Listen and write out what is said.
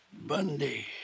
Bundy